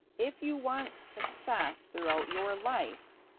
if you want success throughout your life,